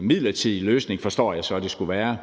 midlertidig løsning, forstår jeg så det skulle være.